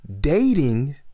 dating